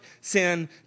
sin